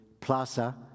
plaza